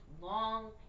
long